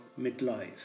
midlife